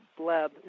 bleb